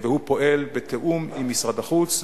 והוא פועל בתיאום עם משרד החוץ,